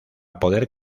poder